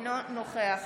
אינו נוכח